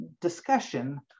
discussion